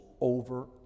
over